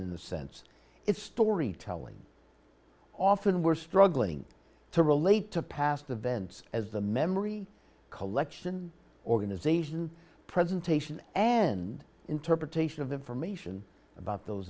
in the sense it's storytelling often we're struggling to relate to past events as the memory collection organization presentation and interpretation of information about those